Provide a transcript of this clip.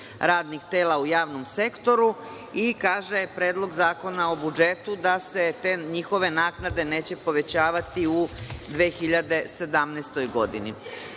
radnih tela u javnom sektoru. Predlog zakona o budžetu kaže da se te njihove naknade neće povećavati u 2017. godini. Kao